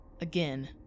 Again